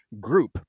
group